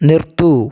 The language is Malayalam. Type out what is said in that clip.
നിർത്തൂ